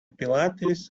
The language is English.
pilates